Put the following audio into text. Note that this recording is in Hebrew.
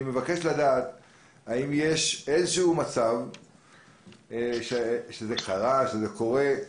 אני מבקש לדעת האם יש איזשהו מצב שזה קרה או שזה קורה,